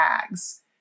tags